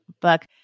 book